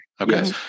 Okay